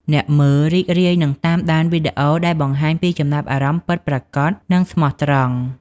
អ្នកមើលរីករាយនឹងតាមដានវីដេអូដែលបង្ហាញពីចំណាប់អារម្មណ៍ពិតប្រាកដ និងស្មោះត្រង់។